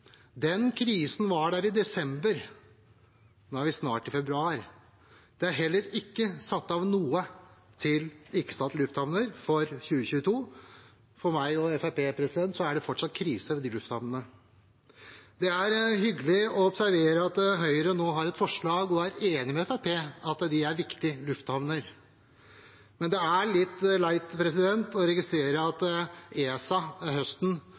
Den krisen var der i desember. Nå er vi snart i februar. Det er heller ikke satt av noe til ikke-statlige lufthavner i 2022. For meg og Fremskrittspartiet er det fortsatt krise ved de lufthavnene. Det er hyggelig å observere at Høyre nå har et forslag og er enig med Fremskrittspartiet i at dette er viktige lufthavner, men det er litt leit å registrere at ESA